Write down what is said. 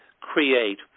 create